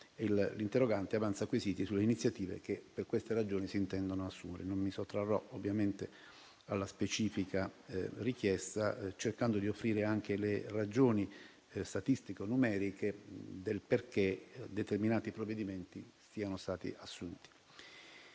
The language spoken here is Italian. dall'interrogante sulle iniziative che per queste ragioni si intendono assumere, non intendo ovviamente sottrarmi alla specifica richiesta e cercherò di offrire anche le ragioni statistico-numeriche del perché determinati provvedimenti siano stati assunti.